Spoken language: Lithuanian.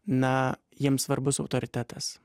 na jiems svarbus autoritetas